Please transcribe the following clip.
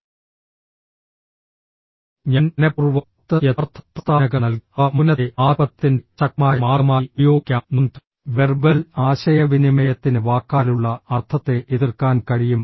ഞാൻ മനഃപൂർവ്വം പത്ത് യഥാർത്ഥ പ്രസ്താവനകൾ നൽകി അവ മൌനത്തെ ആധിപത്യത്തിന്റെ ശക്തമായ മാർഗമായി ഉപയോഗിക്കാം നോൺ വെർബൽ ആശയവിനിമയത്തിന് വാക്കാലുള്ള അർത്ഥത്തെ എതിർക്കാൻ കഴിയും